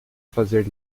fazer